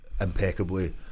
impeccably